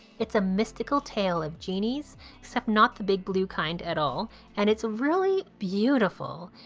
it's a mystical tale of genies except not the big blue kind at all and it's really beautiful.